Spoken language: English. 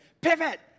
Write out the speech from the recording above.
pivot